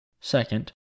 Second